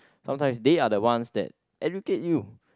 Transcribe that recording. sometimes they are the ones that educate you